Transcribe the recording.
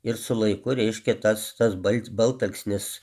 ir su laiku reiškia tas tas balt baltalksnis